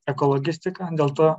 ekologistika dėl to